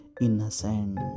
innocent